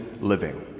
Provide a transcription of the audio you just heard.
living